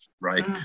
right